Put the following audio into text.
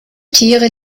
tiere